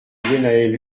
guénhaël